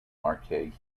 marques